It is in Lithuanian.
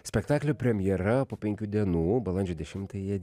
spektaklio premjera po penkių dienų balandžio dešimtąją